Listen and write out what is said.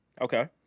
okay